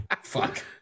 Fuck